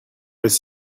with